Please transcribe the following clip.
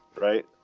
Right